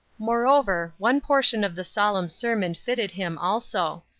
moreover, one portion of the solemn sermon fitted him, also.